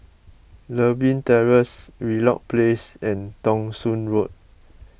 Lewin Terrace Wheelock Place and Thong Soon Road